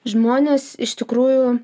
žmonės iš tikrųjų